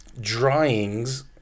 drawings